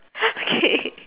okay